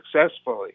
successfully